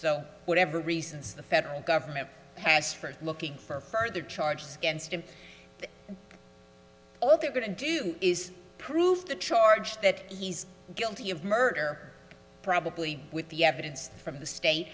so whatever reasons the federal government has for looking for further charges against him all they're going to do is prove the charge that he's guilty of murder probably with the evidence from the state